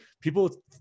people